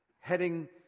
heading